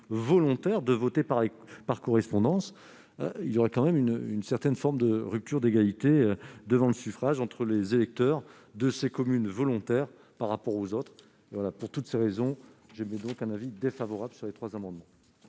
volontaires de voter par correspondance, ce qui constituerait une forme de rupture d'égalité devant le suffrage entre les électeurs de ces communes volontaires et les autres. Pour toutes ces raisons, j'émets un avis défavorable sur ces trois amendements.